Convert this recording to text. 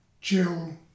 Jill